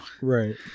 right